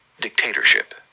Dictatorship